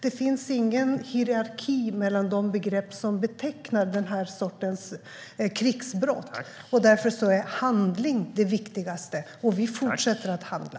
Det finns ingen hierarki bland de begrepp som betecknar den här sortens krigsbrott. Därför är handling det viktigaste, och vi fortsätter att handla.